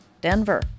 Denver